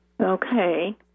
Okay